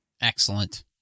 Excellent